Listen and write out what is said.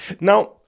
Now